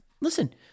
Listen